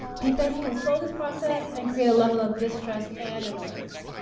defects can slow this process and create a level of distrust and annoyance.